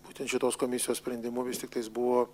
būtent šitos komisijos sprendimu vis tiktais buvo